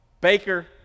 baker